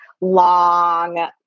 long